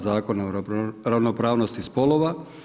Zakona o ravnopravnosti spolova.